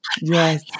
Yes